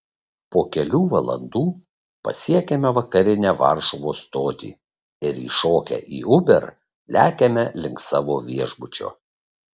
po kelių valandų pasiekiame vakarinę varšuvos stotį ir įšokę į uber lekiame link savo viešbučio